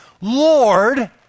Lord